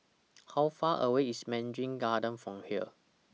How Far away IS Mandarin Gardens from here